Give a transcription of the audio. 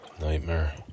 nightmare